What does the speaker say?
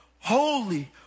holy